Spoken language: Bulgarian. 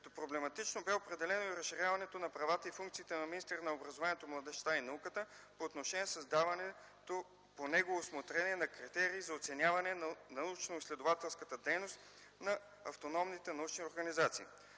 Като проблематично бе определено и разширяването на правата и функциите на министъра на образованието, младежта и науката по отношение създаването, по негово усмотрение, на критерий за оценяване на научноизследователската дейност на автономните научни организации.